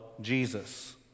Jesus